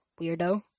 weirdo